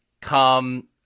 come